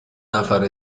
نفر